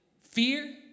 fear